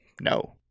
no